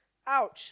!ouch!